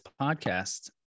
podcast